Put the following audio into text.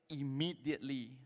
immediately